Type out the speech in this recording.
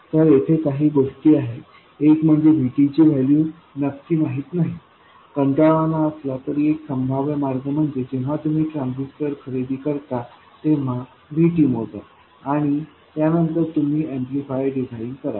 तर येथे काही गोष्टी आहेत एक म्हणजे VTची वैल्यू नक्की माहित नाही कंटाळवाणा असला तरी एक संभाव्य मार्ग म्हणजे जेव्हा तुम्ही ट्रान्झिस्टर खरेदी करता तेव्हा VT मोजा आणि त्या नंतर तुम्ही एम्पलीफायर डिझाइन करा